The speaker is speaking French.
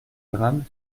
drame